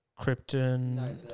Krypton